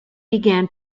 began